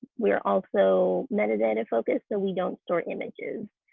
we are also metadata focused, so we don't store images.